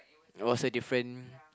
it was a different